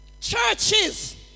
Churches